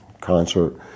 concert